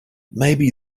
maybe